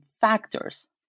factors